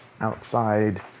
outside